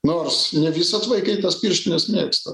nors ne visad vaikai tas pirštines mėgsta